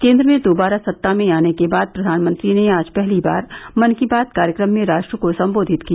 केंद्र में दोबारा सत्ता में आने के बाद प्रधानमंत्री ने आज पहली बार मन की बात कार्यक्रम में राष्ट्र को संबोधित किया